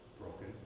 broken